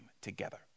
together